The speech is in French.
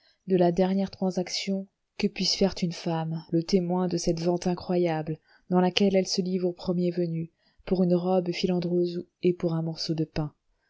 de la dernière transaction que puisse faire une femme le témoin de cette vente incroyable dans laquelle elle se livre au premier venu pour une robe filandreuse et pour un morceau de pain